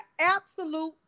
absolute